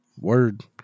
Word